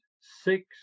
six